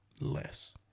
Less